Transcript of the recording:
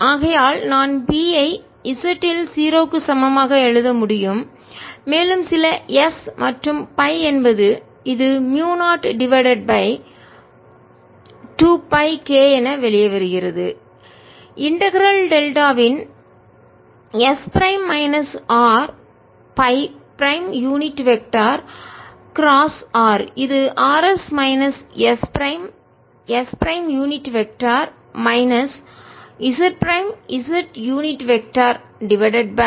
ஆகையால் நான் B ஐ z இல் 0 க்கு சமமாக எழுத முடியும் மேலும் சில s மற்றும் Φ என்பது இது mu 0 divided by 2 pi k என வெளியே வருகிறது இன்டகரல் ஒருங்கிணைப்பின் டெல்டாவின் s prime minus R Φ prime unit vector அலகு திசையன் கிராஸ் r இது rs minus s prime s prime unit vector அலகு திசையன் minus z prime z unit vector அலகு திசையன் டிவைடட் பை